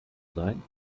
sein